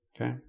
Okay